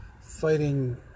fighting